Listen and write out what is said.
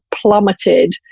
plummeted